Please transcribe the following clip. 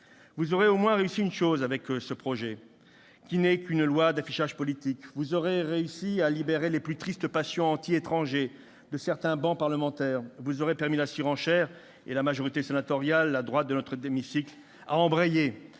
Vous aurez au moins réussi une chose avec ce texte, qui n'est qu'une loi d'affichage politique : à libérer les plus tristes passions anti-étrangers sur certaines travées parlementaires. Vous aurez permis la surenchère. La majorité sénatoriale- la droite de notre hémicycle -a embrayé,